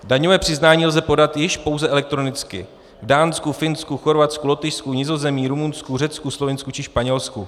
Daňové přiznání lze podat již pouze elektronicky v Dánsku, Finsku, Chorvatsku, Lotyšsku, Nizozemí, Rumunsku, Řecku, Slovinsku či Španělsku.